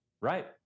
Right